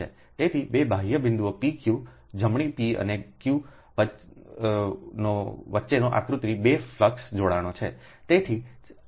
તેથી તે 2 બાહ્ય બિંદુઓ pq જમણી p અને q વચ્ચેનો આકૃતિ 2 ફ્લક્સ જોડાણો છે